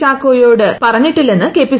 ചാക്കോയോട് പറഞ്ഞിട്ടില്ലെന്ന് ക്ക്പി